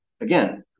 again